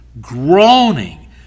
groaning